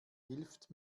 hilft